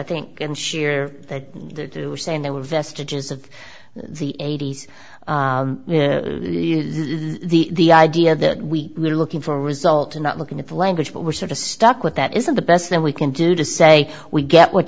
think and share that they do saying they were vestiges of the eighty's the idea that we were looking for a result or not looking at the language but we're sort of stuck with that isn't the best that we can do to say we get what